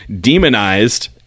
demonized